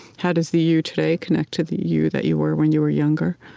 how does the you today connect to the you that you were when you were younger?